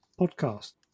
podcast